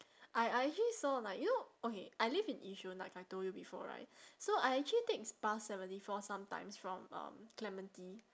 I I actually saw like you know okay I live in yishun like I told you before right so I actually take bus seventy four sometimes from um clementi